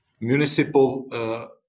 municipal